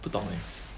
不懂 eh